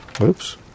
Oops